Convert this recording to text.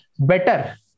better